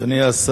אדוני, בבקשה.